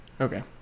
Okay